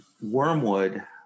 Wormwood